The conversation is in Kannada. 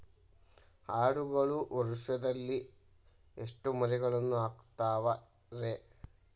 ಆಡುಗಳು ವರುಷದಲ್ಲಿ ಎಷ್ಟು ಮರಿಗಳನ್ನು ಹಾಕ್ತಾವ ರೇ?